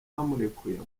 bamurekuye